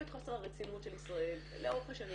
את חוסר הרצינות של ישראל לאורך השנים,